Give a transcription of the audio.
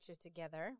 together